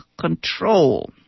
control